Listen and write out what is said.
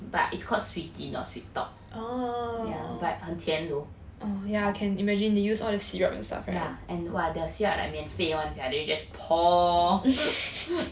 but it's called Sweety not Sweet Talk yeah but 很甜 though yeah !wah! their syrup like 免费 [one] sia they just pour